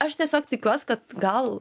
aš tiesiog tikiuos kad gal